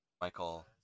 Michael